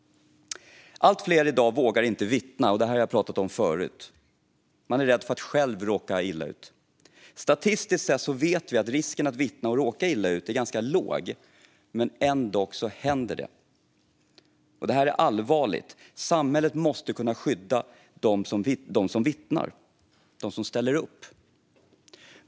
Allt fler vågar i dag inte vittna, och det här har jag pratat om förut. Man är rädd för att själv råka illa ut. Statistiskt sett vet vi att risken att vittna och råka illa ut är ganska låg, men ändock händer det. Och det är allvarligt. Samhället måste kunna skydda dem som vittnar - dem som ställer upp.